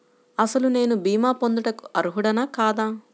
అసలు నేను భీమా పొందుటకు అర్హుడన కాదా?